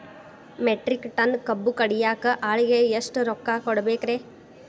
Metric tonne ಕಬ್ಬು ಕಡಿಯಾಕ ಆಳಿಗೆ ಎಷ್ಟ ರೊಕ್ಕ ಕೊಡಬೇಕ್ರೇ?